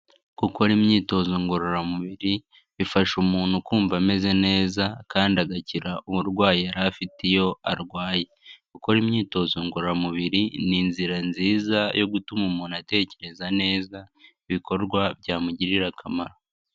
Gukora imyitozo ngororamubiri bifasha umuntu kumva ameze neza kandi agakira uburwayi yari afite iyo arwaye. Gukora imyitozo ngororamubiri ni inzira nziza yo gutuma umuntu atekereza neza ibikorwa byamugirira akamaro.